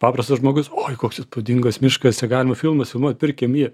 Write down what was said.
paprastas žmogus oi koks įspūdingas miškas čia galima filmus filmuot pirkim jį